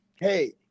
hey